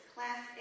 Class